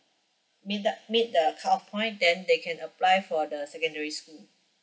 meet up meet the cut off point then they can apply for the secondary school